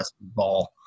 ball